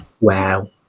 Wow